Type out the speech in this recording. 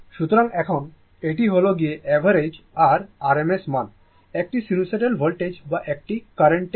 single phase AC circuits continued সুতরাং এখন এটি হল গিয়ে অ্যাভারেজ আর RMS মান একটি সিনুসোইডাল ভোল্টেজ বা একটি কারেন্ট এর